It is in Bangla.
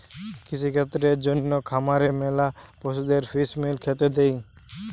কৃষিক্ষেত্রের জন্যে খামারে ম্যালা পশুদের ফিস মিল খেতে দে